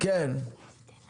עמותת סלול, בבקשה.